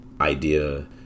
idea